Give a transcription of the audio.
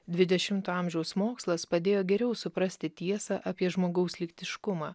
dvidešimto amžiaus mokslas padėjo geriau suprasti tiesą apie žmogaus lytiškumą